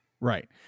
Right